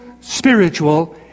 spiritual